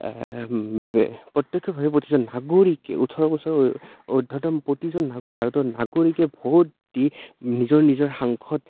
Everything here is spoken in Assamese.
প্ৰত্যেক্ষেভাৱে প্ৰতিজন নাগৰিকে ওঠৰ বছৰ উৰ্ধতম প্ৰতিজন ভাৰতৰ নাগৰিকে ভোট দি নিজৰ নিজৰ সাংসদ